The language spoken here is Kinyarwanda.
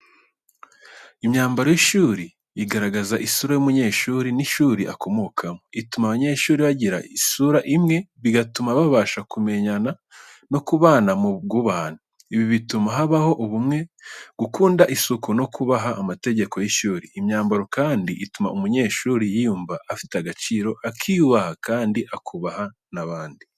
Imyambaro y’ishuri igaragaza isura y’umunyeshuri n’ishuri akomokamo. Ituma abanyeshuri bagira isura imwe, bigatuma babasha kumenyana no kubana mu bwubahane. Ibi butuma habaho ubumwe, gukunda isuku no kubaha amategeko y’ishuri. Imyambaro kandi ituma umunyeshuri yiyumva afite agaciro, akiyubaha kandi akubaha n'abandi.